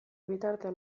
bitartean